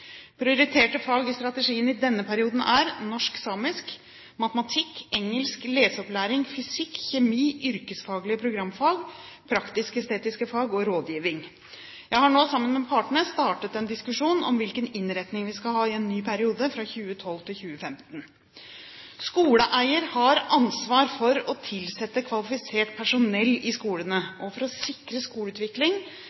Prioriterte fag i strategien i denne perioden er norsk/samisk, matematikk, engelsk, leseopplæring, fysikk, kjemi, yrkesfaglige programfag, praktisk-estetiske fag og rådgivning. Jeg har nå, sammen med partene, startet en diskusjon om hvilken innretning en ny periode, 2012–2015, skal ha. Skoleeier har ansvar for å tilsette kvalifisert personell i skolene